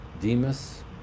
Demas